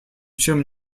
чем